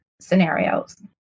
scenarios